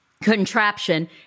contraption